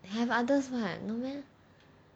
they have others what no meh